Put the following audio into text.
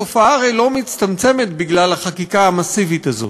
התופעה הרי לא מצטמצמת בגלל החקיקה המסיבית הזאת.